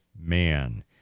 man